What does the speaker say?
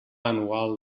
anual